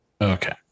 okay